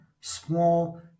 small